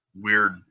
weird